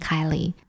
Kylie